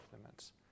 limits